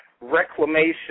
reclamation